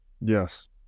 Yes